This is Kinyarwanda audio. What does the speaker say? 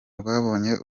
rwabonye